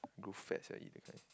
grow fat sia eat that kind